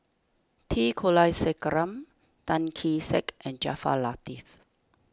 T Kulasekaram Tan Kee Sek and Jaafar Latiff